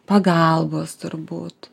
pagalbos turbūt